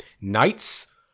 knights